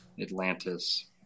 Atlantis